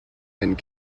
and